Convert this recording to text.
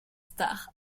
star